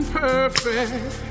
perfect